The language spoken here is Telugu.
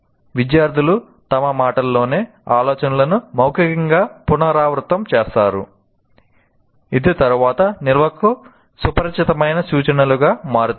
విద్యార్థులు తమ మాటల్లోనే ఆలోచనలను మౌఖికంగా పునరావృతం చేస్తారు ఇది తరువాత నిల్వకు సుపరిచితమైన సూచనలుగా మారుతుంది